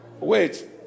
Wait